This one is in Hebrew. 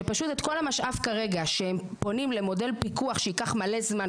שכל המשאב כרגע שפונים למודל פיקוח שייקח מלא זמן,